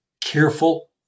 careful